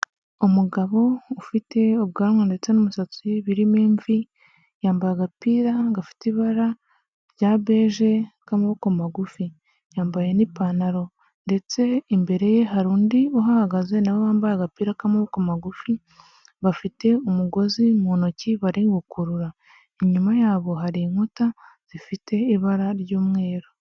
Umugabo ufite ubwanwa ndetse n'umusatsi birimo imvi, yambaye agapira gafite ibara rya beje k'amaboko magufi, yambaye n'ipantaro ndetse imbere ye hari undi uhahagaze nawe wambaye agapira k'amaboko magufi, bafite umugozi mu ntoki bari gukurura, inyuma yabo hari inkuta zifite ibara ry'umweru.